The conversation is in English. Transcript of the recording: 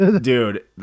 dude